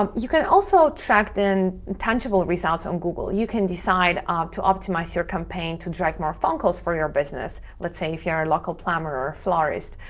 um you can also track the tangible results on google. you can decide um to optimize your campaign to drive more phone calls for your business, let's say if you're a local plumber, florist,